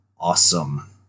Awesome